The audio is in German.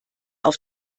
auf